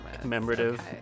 Commemorative